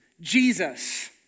Jesus